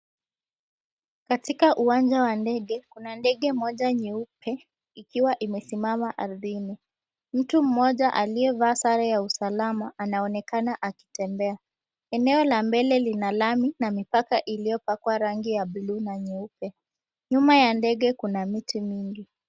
Katika uwanja wa ndege, kuna ndege moja nyeupe ikiwa imesimama ardhini, mtu mmoja aliyevaa sare ya usalama anaonekana akitembea, eneo la mbele lina lami na mipaka iliyopakwa rangi ya buluu na nyeupe, nyuma ya ndege kuna miti mingi.